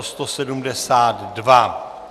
172.